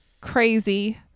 crazy